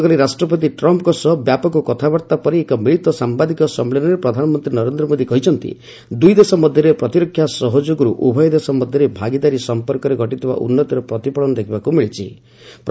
ନ୍ନଆଦିଲ୍ଲୀରେ ଗତକାଲି ରାଷ୍ଟ୍ରପତି ଟ୍ରମ୍ପଙ୍କ ସହ ବ୍ୟାପକ କଥାବାର୍ତ୍ତାପରେ ଏକ ମିଳିତ ସାମ୍ଭାଦିକ ସମ୍ମିଳନୀରେ ପ୍ରଧାନମନ୍ତ୍ରୀ ନରେନ୍ଦ୍ର ମୋଦି କହିଛନ୍ତି ଦୂଇଦେଶ ମଧ୍ୟରେ ପ୍ରତିରକ୍ଷା ସହଯୋଗରୁ ଉଭୟ ଦେଶ ମଧ୍ୟରେ ଭାଗିଦାରୀ ସମ୍ପର୍କରେ ଘଟିଥିବା ଉନ୍ନତିର ପ୍ରତିଫଳନ ଦେଖିବାକୁ ମିଳିଛି